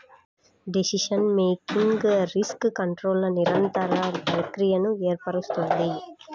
decision making risk కంట్రోల్ల నిరంతర ప్రక్రియను ఏర్పరుస్తుంది